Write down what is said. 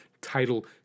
title